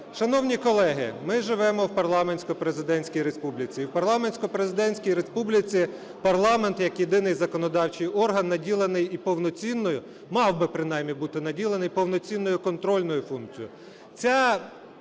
Шановні колеги, ми живемо в парламентсько-президентській республіці, і в парламентсько-президентській республіці парламент як єдиний законодавчій орган наділений і повноцінною, мав би принаймні бути наділений, повноцінною контрольною функцією.